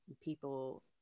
people